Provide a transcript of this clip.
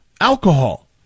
alcohol